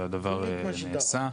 והדבר נעשה.